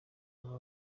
baba